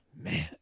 Man